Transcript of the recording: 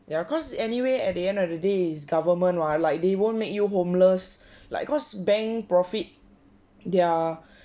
ya cause anyway at the end of the day it's government mah like they won't make you homeless like cause bank profit their